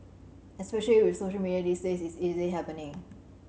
especially with social media these days is easily happening